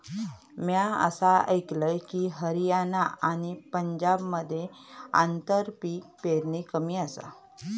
म्या असा आयकलंय की, हरियाणा आणि पंजाबमध्ये आंतरपीक पेरणी कमी आसा